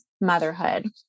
motherhood